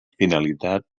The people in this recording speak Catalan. finalitat